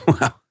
Wow